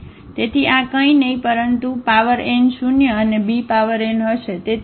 તેથી આ કંઈ નહીં પરંતુ પાવર n શૂન્ય અને b પાવર n હશે